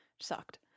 Sucked